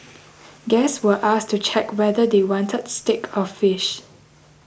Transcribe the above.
guests were asked to check whether they wanted steak or fish